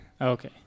Okay